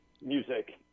music